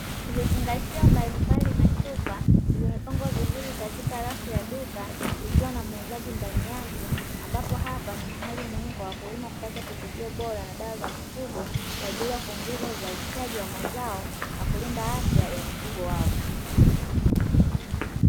Vifungashio mbalimbali na chupa zimepangwa vizuri katika rafu ya duka likiwa na muuzaji ndani yake, ambapo hapa ni mahali muhimu kwa wakulima kupata pembejeo bora na dawa za mifugo kwa ajili ya kuongeza uzalishaji wa mazao na kulinda afya ya mifugo wao.